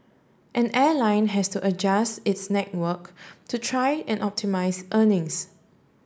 an airline has to adjust its network to try and optimise earnings